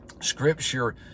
scripture